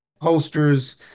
holsters